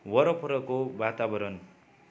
वरपरको वातावरण